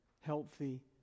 healthy